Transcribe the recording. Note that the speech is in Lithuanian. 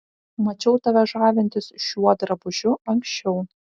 mačiau tave žavintis šiuo drabužiu anksčiau